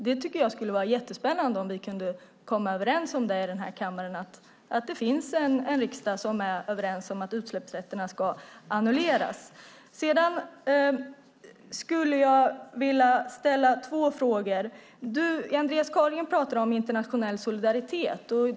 Det vore jättespännande om vi kunde komma överens i kammaren och visa att det finns en riksdag som är överens om att utsläppsrätterna ska annulleras. Andreas Carlgren talar om internationell solidaritet.